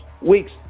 week's